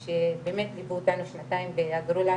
שבאמת ליוו אותנו שנתיים ועזרו לנו